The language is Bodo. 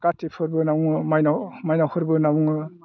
खाथि फोरबो होनना बुङो माइनाव फोरबो होनना बुङो